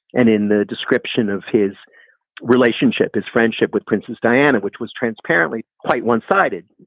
and in the description of his relationship, his friendship with princess diana, which was transparently quite one sided,